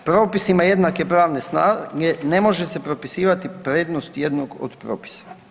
Propisima jednake pravne snage ne može se propisivati prednost jednog od propisa.